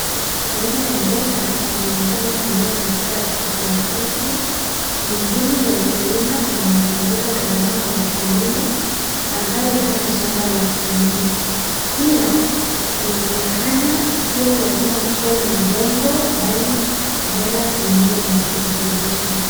Aina ya mboga inaonekana kumea katika plastiki, ni mbinu ya ukulima inayopunguza gharama kwa mkulima ambaye hana shamba la kutumia, pia inaonekana sio lazima kuwa na udongo bali bora mimea ina virutubisho.